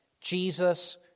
jesus